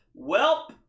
Welp